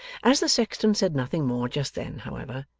as the sexton said nothing more just then, however,